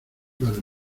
para